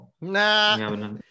Nah